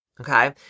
okay